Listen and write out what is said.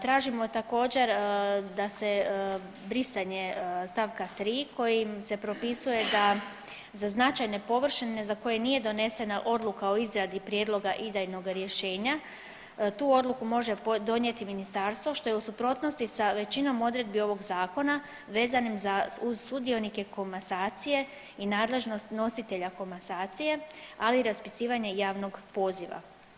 Tražimo također da se brisanje st. 3. kojim se propisuje da za značajne površine za koje nije donesena odluka o izradi prijedloga idejnog rješenja tu odluku može donijeti ministarstvo što je u suprotnosti sa većinom odredbi ovog zakona vezanim uz sudionike komasacije i nadležnost nositelja komasacije, ali i raspisivanje javnog poziva.